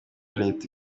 leta